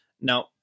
Now